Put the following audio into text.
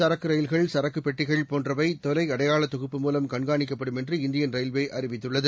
சரக்கு ரயில்கள் சரக்கு பெட்டிகள் போன்றவை தொலை அடையாள தொகுப்பு மூலம் கண்காணிக்கப்படும் என்று இந்தியன் ரயில்வே அறிவித்துள்ளது